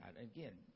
Again